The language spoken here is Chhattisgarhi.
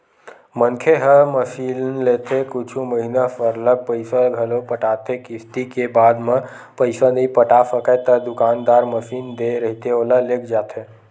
मनखे ह मसीनलेथे कुछु महिना सरलग पइसा घलो पटाथे किस्ती के बाद म पइसा नइ पटा सकय ता दुकानदार मसीन दे रहिथे ओला लेग जाथे